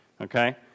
okay